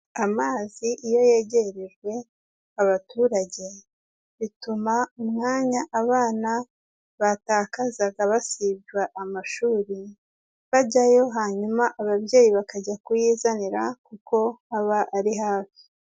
Amazi iyo yegerejwe abaturage, bituma umwanya abana batakazaga basibywa amashuri, bajyayo, hanyuma ababyeyi bakajya kuyizanira kuko aba ari hafi.